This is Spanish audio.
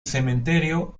cementerio